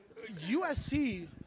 USC